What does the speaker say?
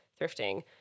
thrifting